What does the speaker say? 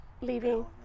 leaving